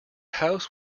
house